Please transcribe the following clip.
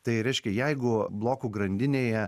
tai reiškia jeigu blokų grandinėje